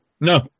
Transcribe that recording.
No